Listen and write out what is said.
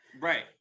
right